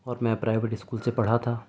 اور میں private school سے پڑھا تھا